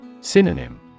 Synonym